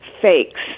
fakes